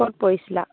ক'ত পৰিছিলা